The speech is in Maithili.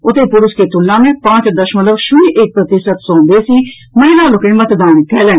ओतहि पुरूष के तुलना मे पांच दशमलव शून्य एक प्रतिशत सँ बेसी महिला लोकनि मतदान कयलनि